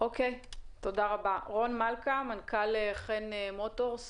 חושב שאם נחוקק חוק שלא צריך לרשום כמה בעלים יש,